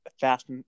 fast